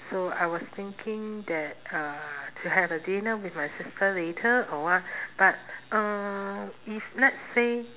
so I was thinking that uh to have a dinner with my sister later or what but uh if let's say